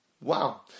Wow